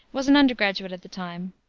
was an undergraduate at the time.